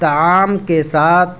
طعام کے ساتھ